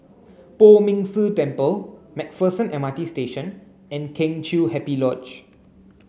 Poh Ming Tse Temple MacPherson M R T Station and Kheng Chiu Happy Lodge